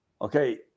Okay